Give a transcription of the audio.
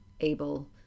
able